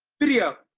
video.